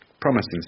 promising